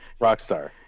Rockstar